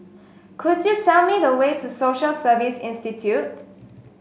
could you tell me the way to Social Service Institute